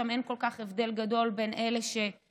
שם אין הבדל כל כך גדול בין אלה ששמרו